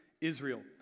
Israel